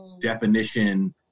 definition